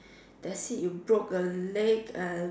that's it you broke a leg and